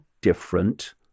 different